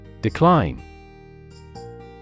Decline